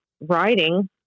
writing